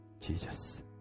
Jesus